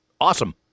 Awesome